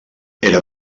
era